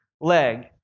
leg